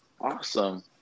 Awesome